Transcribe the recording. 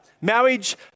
marriage